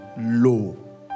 Low